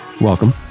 Welcome